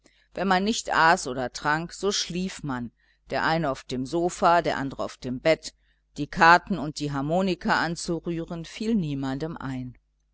wenn man nicht aß oder trank so schlief man der eine auf dem sofa der andere auf dem bett die karten oder die harmonika anzurühren fiel niemandem ein